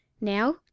Now